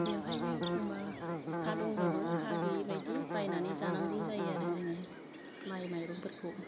बेवहायनो एखम्बा हा दंबाबो हा गैयि बायदि बायनानै जानांगौ जायो आरो जोङो माइ माइरंफोरखौ